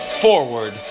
Forward